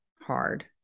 Hard